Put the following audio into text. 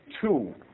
Two